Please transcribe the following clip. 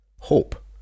hope